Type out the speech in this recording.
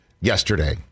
yesterday